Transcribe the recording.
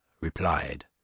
replied